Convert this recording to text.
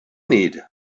need